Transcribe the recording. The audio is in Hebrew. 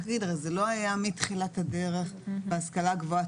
הרי זה לא היה מתחילת הדרך בהשכלה הגבוהה,